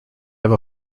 have